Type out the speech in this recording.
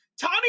Tommy